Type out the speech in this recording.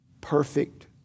perfect